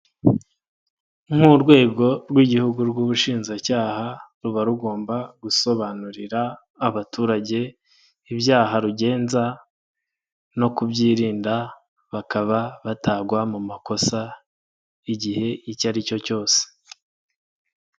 Nk'urwego rw'igihugu rw'ubushinjacyaha, ruba rugomba gusobanurira abaturage ibyaha rugenza, no kubyirinda bakaba batagwa mu makosa, igihe icyo ari cyo cyose.